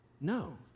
No